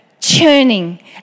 churning